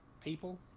people